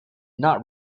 not